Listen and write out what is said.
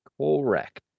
Correct